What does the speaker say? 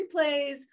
replays